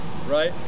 Right